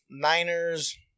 Niners